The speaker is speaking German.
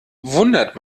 wundert